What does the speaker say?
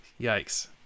Yikes